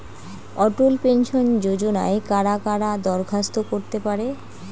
অটল pension যোজনায় কারা কারা দরখাস্ত করতে পারে?